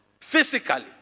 physically